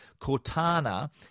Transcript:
Cortana